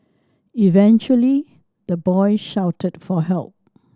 eventually the boy shouted for help